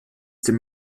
den